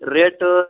rate